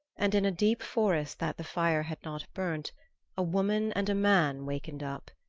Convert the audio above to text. and in a deep forest that the fire had not burnt a woman and a man wakened up.